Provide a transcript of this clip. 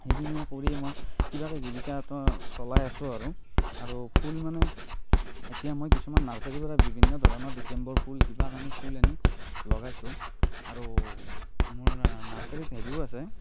সেইখিনিকে কৰি মই কিবা কে জীৱিকাটো চলাই আছো আৰু আৰু ফুল মানে এতিয়া মই নাৰ্চাৰীৰ পৰা বিভিন্ন ধৰণৰ ডিচেম্বৰ ফুল কিবা কিনি ফুল আনি লগাইছোঁ আৰু মোৰ নাৰ্চাৰীত হেৰিও আছে